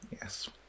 yes